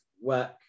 work